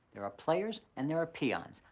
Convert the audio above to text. there are players and there are peons.